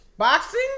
Boxing